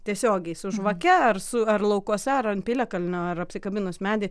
tiesiogiai su žvake ar su ar laukuose ar ant piliakalnio ar apsikabinus medį